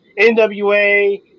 NWA